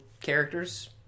characters